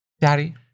Daddy